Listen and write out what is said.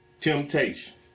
temptation